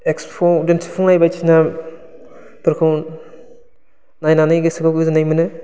एक्सप'आव दिनथिफुंनाय बायदिसिनाफोरखौ नायनानै गोसोखौ गोजोननाय मोनो